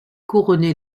couronné